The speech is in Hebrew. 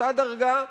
אותה דרגה,